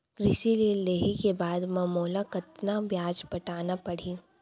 कृषि ऋण लेहे के बाद म मोला कतना ब्याज पटाना पड़ही?